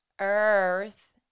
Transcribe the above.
Earth